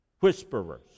whisperers